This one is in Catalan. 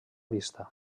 vista